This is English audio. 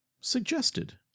suggested